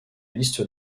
liste